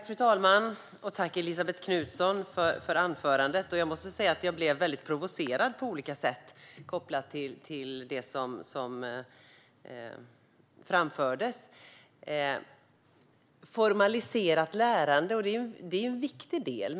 Fru talman! Tack, Elisabet Knutsson, för anförandet! Jag måste säga att jag blev väldigt provocerad på olika sätt, kopplat till det som framfördes. Formaliserat lärande är en viktig del.